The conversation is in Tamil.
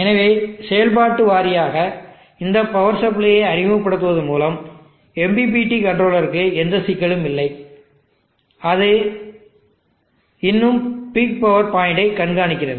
எனவே செயல்பாட்டு வாரியாக இந்த பவர் சப்ளையை அறிமுகப்படுத்துவதன் மூலம் MPPT கண்ட்ரோலருக்கு எந்த சிக்கலும் இல்லை அது இன்னும் பிக் பவர் பாயிண்டை கண்காணிக்கிறது